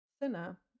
thinner